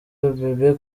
bebe